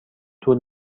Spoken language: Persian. طول